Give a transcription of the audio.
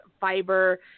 fiber